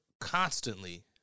constantly